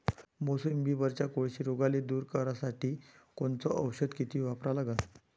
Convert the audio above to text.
मोसंबीवरच्या कोळशी रोगाले दूर करासाठी कोनचं औषध किती वापरा लागन?